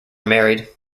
married